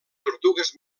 tortugues